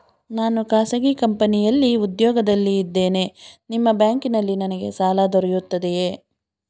ನಾನು ಖಾಸಗಿ ಕಂಪನಿಯಲ್ಲಿ ಉದ್ಯೋಗದಲ್ಲಿ ಇದ್ದೇನೆ ನಿಮ್ಮ ಬ್ಯಾಂಕಿನಲ್ಲಿ ನನಗೆ ಸಾಲ ದೊರೆಯುತ್ತದೆಯೇ?